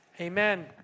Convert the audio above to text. amen